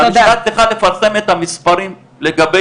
שהמשטרה צריכה לפרסם את המספרים לגבי